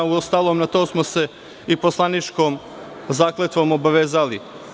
Uostalom, na to smo se i poslaničkom zakletvom obavezali.